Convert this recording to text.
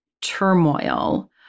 turmoil